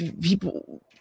people –